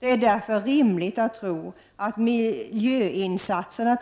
Det är därför rimligt att tro att t.ex. miljöinsatserna